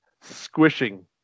squishing